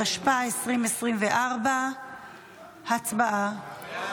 התשפ"ה 2024. הצבעה.